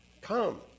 come